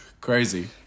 Crazy